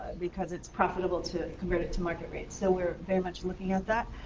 because it's profitable to convert it to market rate. so we're very much looking at that.